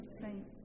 saints